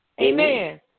Amen